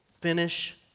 finish